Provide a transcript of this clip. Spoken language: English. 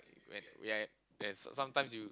when yeah there's sometimes you